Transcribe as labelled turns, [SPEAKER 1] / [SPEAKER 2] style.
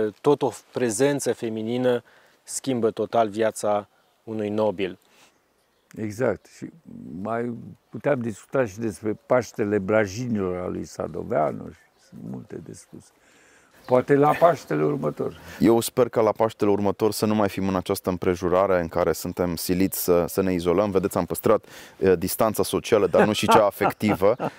[SPEAKER 1] Tot o prezență feminină schimbă total viața unui nobil.
[SPEAKER 2] Exact. Și mai puteam discuta și despre Paștele Brajinilor al lui Sadoveanu, și sunt multe discuții. Poate la Paștele următor.
[SPEAKER 3] Eu sper că la Paștele următor să nu mai fim în această împrejurare în care suntem siliți să- să ne izolăm. Vedeți, am păstrat, eh, distanța socială, dar nu și cea afectivă.